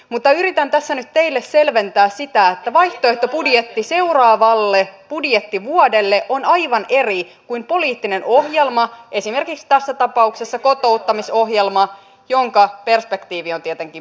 mutta yritän tässä nyt teille selventää sitä että vaihtoehtobudjetti seuraavalle budjettivuodelle on aivan eri kuin poliittinen ohjelma esimerkiksi tässä tapauksessa kotouttamisohjelma jonka perspektiivi on tietenkin pidempi